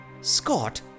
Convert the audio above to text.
Scott